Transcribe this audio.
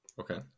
Okay